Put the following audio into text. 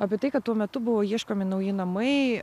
apie tai kad tuo metu buvo ieškomi nauji namai